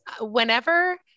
whenever